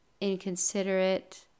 inconsiderate